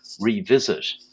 revisit